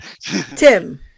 Tim